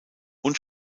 und